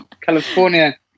California